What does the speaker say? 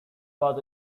was